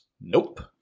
nope